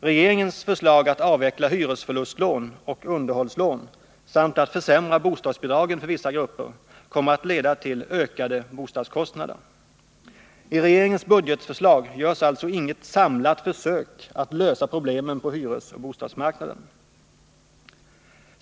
Regeringens förslag att avveckla hyresförlustlån och underhållslån samt att försämra bostadsbidragen för vissa grupper kommer att leda till ökade bostadskostnader. I regeringens budgetförslag görs alltså inget samlat försök att lösa problemen på hyresoch bostadsmarknaden.